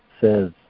says